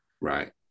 Right